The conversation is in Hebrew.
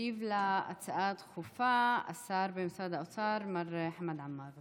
ישיב על ההצעה הדחופה השר במשרד האוצר מר חמד עמאר.